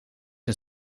een